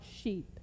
sheep